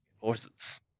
Horses